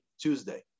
Tuesday